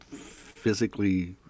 physically